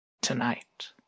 tonight